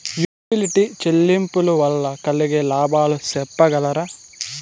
Utility చెల్లింపులు వల్ల కలిగే లాభాలు సెప్పగలరా?